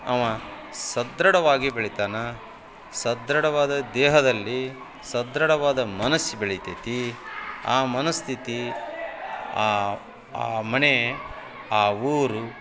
ಅವ ಸದೃಢವಾಗಿ ಬೆಳಿತಾನೆ ಸದೃಢವಾದ ದೇಹದಲ್ಲಿ ಸದೃಢವಾದ ಮನಸ್ಸು ಬೆಳಿತೈತಿ ಆ ಮನಸ್ಥಿತಿ ಆ ಆ ಮನೆ ಆ ಊರು